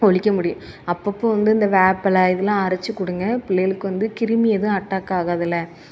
ஒழிக்க முடியும் அப்பப்போ வந்து இந்த வேப்பில இதெல்லாம் அரைத்து கொடுங்க புள்ளைகளுக்கு வந்து கிருமி எதுவும் அட்டாக் ஆகாதில்ல